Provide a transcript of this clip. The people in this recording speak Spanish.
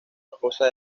esposa